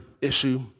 issue